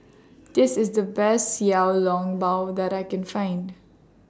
This IS The Best Xiao Long Bao that I Can Find